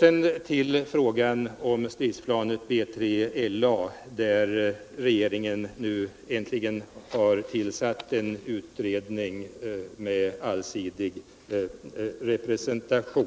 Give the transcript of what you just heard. Vad gäller frågan om stridsplanet B3LA har regeringen nu äntligen tillsatt en utredning med allsidig representation. I